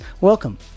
Welcome